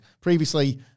Previously